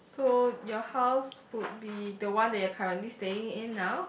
so your house would be the one that you are currently staying in now